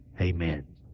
amen